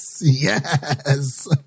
yes